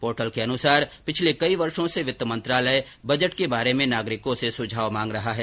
portal के अनुसार पिछले कई वर्षो से वित्त मंत्रालय बजट के बारे में नागरिकों से सुझाव मांग रहा है